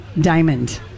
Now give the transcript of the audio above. diamond